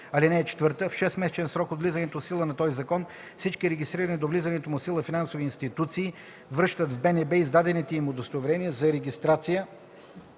в БНБ. (4) В 6-месечен срок от влизането в сила на този закон всички регистрирани до влизането му в сила финансови институции връщат в БНБ издадените им удостоверения за регистрация